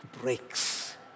breaks